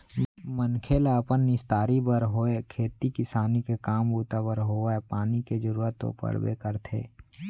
मनखे ल अपन निस्तारी बर होय खेती किसानी के काम बूता बर होवय पानी के जरुरत तो पड़बे करथे